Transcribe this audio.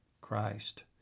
Christ